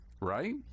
right